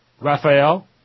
Raphael